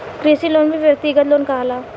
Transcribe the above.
कृषि लोन भी व्यक्तिगत लोन कहाला